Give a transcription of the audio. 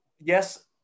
yes